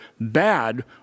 bad